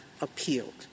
appealed